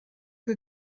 que